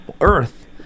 Earth